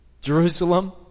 Jerusalem